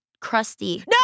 crusty